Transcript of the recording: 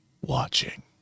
watching